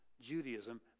Judaism